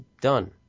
done